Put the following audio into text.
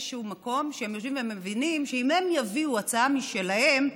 מקום שהם יושבים ומבינים שאם הם יביאו הצעה משלהם,